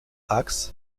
axe